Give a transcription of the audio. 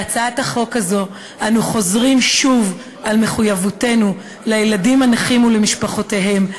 בהצעת החוק הזאת אנו חוזרים שוב על מחויבותנו לילדים הנכים ולמשפחותיהם,